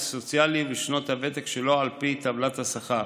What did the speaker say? הסוציאלי ושנות הוותק שלו על פי טבלת השכר.